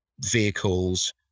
vehicles